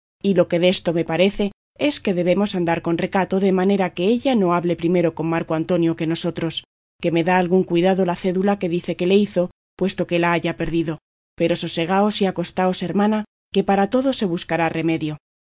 y lo que desto me parece es que debemos andar con recato de manera que ella no hable primero con marco antonio que nosotros que me da algún cuidado la cédula que dice que le hizo puesto que la haya perdido pero sosegaos y acostaos hermana que para todo se buscará remedio